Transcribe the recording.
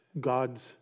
God's